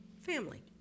family